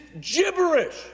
gibberish